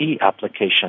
application